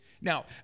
Now